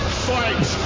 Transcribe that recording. fight